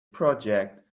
project